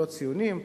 לא ציונים.